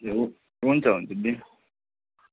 ज्यू हुन्छ हुन्छ